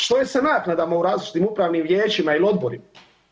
Što je sa naknadama u različitim upravnim vijećima ili odbori?